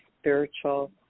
spiritual